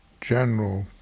general